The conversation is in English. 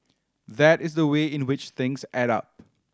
that is the way in which things add up